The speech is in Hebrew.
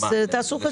אז תעשו חשבון.